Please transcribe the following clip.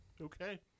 Okay